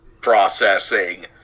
Processing